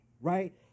right